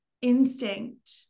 instinct